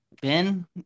Ben